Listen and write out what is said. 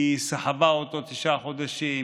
היא סחבה אותו תשעה חודשים,